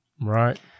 Right